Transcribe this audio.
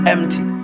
Empty